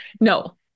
No